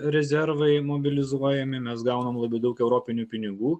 rezervai mobilizuojami mes gaunam labai daug europinių pinigų